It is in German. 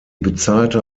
bezahlte